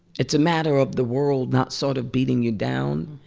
it's a matter of the world not sort of beating you down.